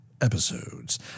episodes